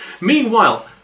meanwhile